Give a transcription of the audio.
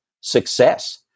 success